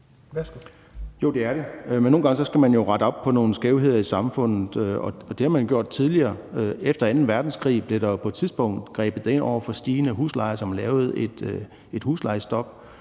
Jo, det er det, men nogle gange skal man jo rette op på nogle skævheder i samfundet, og det har man også gjort tidligere. Efter anden verdenskrig blev der på et tidspunkt grebet ind over for stigende huslejer, hvor man lavede et huslejestop.